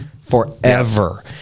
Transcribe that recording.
forever